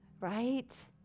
Right